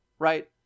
Right